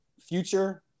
Future